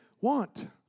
want